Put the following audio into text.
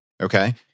okay